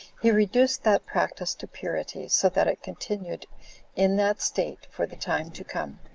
he reduced that practice to purity, so that it continued in that state for the time to come.